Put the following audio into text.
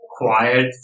quiet